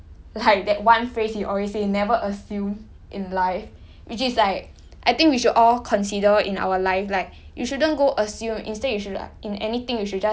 and then like I remember err like that one phrase he always say never assume in life which is like I think we should all consider in our life like